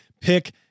pick